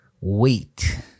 wait